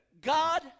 God